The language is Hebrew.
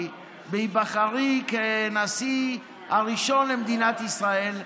בהיבחרי כנשיא הראשון למדינת ישראל.